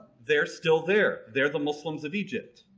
they're still there. they're the muslims of egypt.